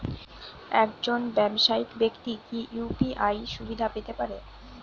একজন ব্যাবসায়িক ব্যাক্তি কি ইউ.পি.আই সুবিধা পেতে পারে?